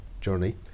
journey